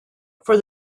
for